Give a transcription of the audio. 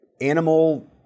animal